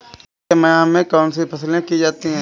जून के माह में कौन कौन सी फसलें की जाती हैं?